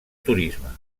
turisme